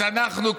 אז אנחנו,